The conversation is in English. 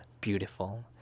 Beautiful